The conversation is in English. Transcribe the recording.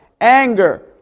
Anger